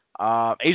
Asia